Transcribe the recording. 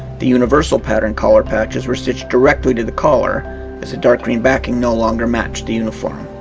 the universal pattern collar patches were stitched directly to the collar as the dark-green backing no longer matched the uniform.